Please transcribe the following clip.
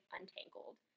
untangled